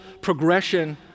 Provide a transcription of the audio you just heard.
progression